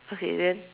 okay then